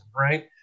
right